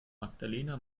magdalena